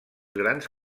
grans